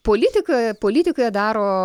politiką politiką daro